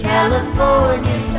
California